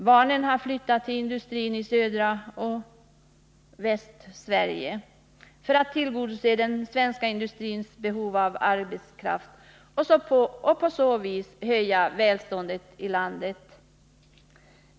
Barnen har flyttat till industrin i Sydoch Västsverige för att tillgodose den svenska industrins behov av arbetskraft och på så vis höja välståndet i landet.